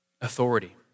authority